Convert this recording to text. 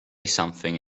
something